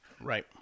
Right